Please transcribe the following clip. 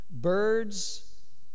Birds